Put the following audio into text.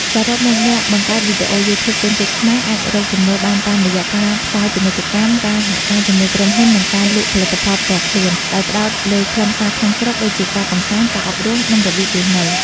សរុបមក អ្នកបង្កើតវីដេអូ YouTube ជនជាតិខ្មែរអាចរកចំណូលបានតាមរយៈការផ្សាយពាណិជ្ជកម្ម ការសហការជាមួយក្រុមហ៊ុន និងការលក់ផលិតផលផ្ទាល់ខ្លួន ដោយផ្តោតលើខ្លឹមសារក្នុងស្រុកដូចជាការកម្សាន្ត ការអប់រំ និងរបៀបរស់នៅ។